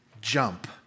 jump